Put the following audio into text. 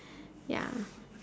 ya